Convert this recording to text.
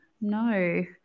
no